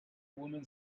woman